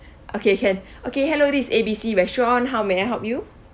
okay can okay hello is A B C restaurant how may I help you